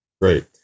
Great